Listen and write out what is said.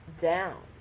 down